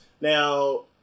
Now